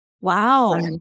Wow